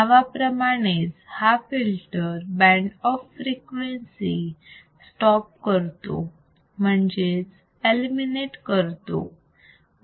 नावाप्रमाणेच हा filter band of frequency stop करतो म्हणजेच एलिमिनेट करतो